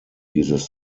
dieses